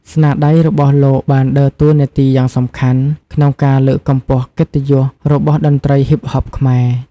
ស្នាដៃរបស់លោកបានដើរតួនាទីយ៉ាងសំខាន់ក្នុងការលើកកម្ពស់កិត្តិយសរបស់តន្ត្រីហ៊ីបហបខ្មែរ។